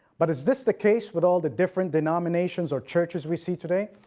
but is this the case with all the different denominations or churches we see today?